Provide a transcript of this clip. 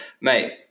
mate